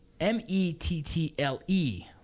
M-E-T-T-L-E